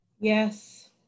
Yes